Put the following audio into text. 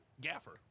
gaffer